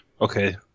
Okay